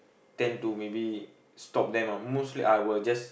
tend to maybe stop them ah mostly I would just